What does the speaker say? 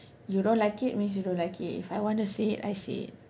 you don't like it means you don't like it if I want to say it I say it